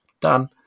done